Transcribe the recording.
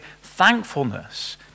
thankfulness